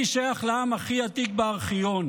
"אני שייך לעם הכי עתיק בארכיון,